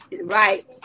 Right